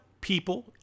people